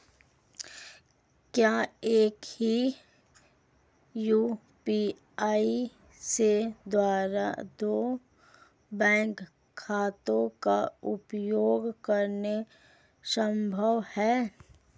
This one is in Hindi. क्या एक ही यू.पी.आई से दो बैंक खातों का उपयोग करना संभव है?